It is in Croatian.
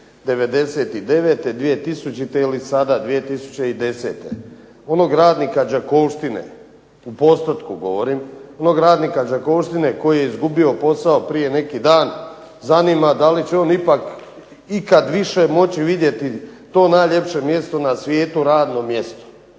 '99., 2000. ili sada 2010. Onog radnika Đakovštine u postotku govorim, onog radnika Đakovštine koji je izgubio posao prije neki dan, zanima da li će on ikad više moći vidjeti to najljepše na svijetu radno mjesto